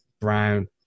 Brown